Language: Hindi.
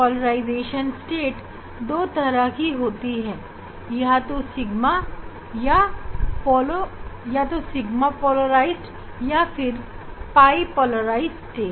पोलराइजेशन स्टेट दो तरह के होते हैं या तो सिग्मा पोलेराइज या फिर फाई पोलेराइज स्टेट